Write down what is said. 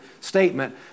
statement